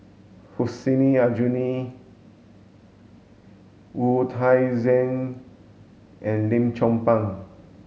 Hussein Aljunied Wu Tsai Yen and Lim Chong Pang